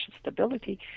stability